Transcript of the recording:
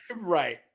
Right